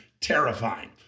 terrifying